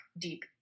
deep